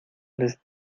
les